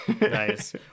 Nice